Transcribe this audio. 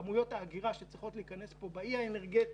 כמויות האגירה שצריכות להיכנס פה באי האנרגטי,